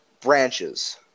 branches